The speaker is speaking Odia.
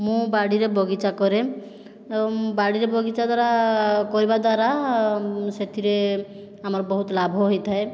ମୁଁ ବାଡ଼ିରେ ବଗିଚା କରେ ବାଡ଼ିରେ ବଗିଚା ଦ୍ୱାରା କରିବା ଦ୍ୱାରା ସେଥିରେ ଆମର ବହୁତ ଲାଭ ହୋଇଥାଏ